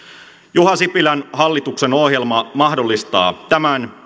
juha sipilän hallituksen ohjelma mahdollistaa tämän